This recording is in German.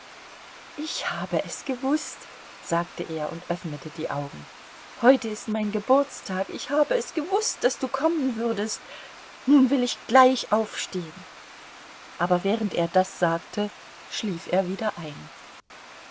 ich habe es gewußt sagte er und öffnete die augen heute ist mein geburtstag ich habe es gewußt daß du kommen würdest nun will ich gleich aufstehen aber während er das sagte schlief er wieder ein